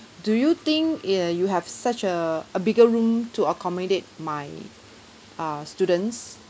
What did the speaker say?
do you think uh you have such a a bigger room to accommodate my err students